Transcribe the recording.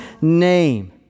name